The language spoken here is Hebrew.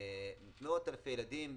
מאות אלפי ילדים,